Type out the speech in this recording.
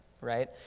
right